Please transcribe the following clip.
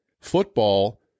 Football